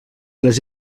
les